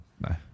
No